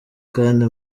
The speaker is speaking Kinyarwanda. kandi